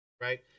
Right